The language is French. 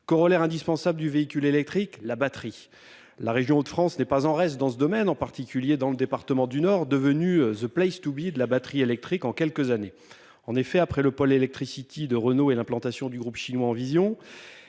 Corollaire indispensable du véhicule électrique, la batterie. La région Hauts-de-France n'est pas en reste dans ce domaine en particulier dans le département du Nord devenu The play-list oublié de la batterie électrique en quelques années en effet après le pôle Electricity de Renault et l'implantation du groupe chinois Envision